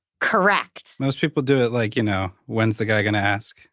correct. most people do it like, you know, when's the guy going to ask?